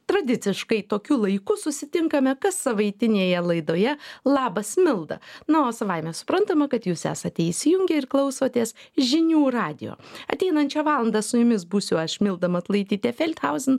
tradiciškai tokiu laiku susitinkame kassavaitinėje laidoje labas milda na o savaime suprantama kad jūs esate įsijungę ir klausotės žinių radijo ateinančią valandą su jumis būsiu aš milda matulaitytė feldhauzen